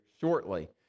shortly